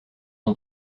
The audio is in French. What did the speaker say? ont